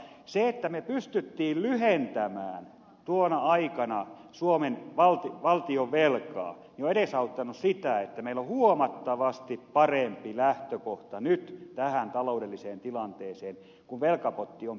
se että me pystyimme lyhentämään tuona aikana suomen valtionvelkaa on edesauttanut sitä että meillä on huomattavasti parempi lähtökohta nyt tähän taloudelliseen tilanteeseen kun velkapotti on pienempi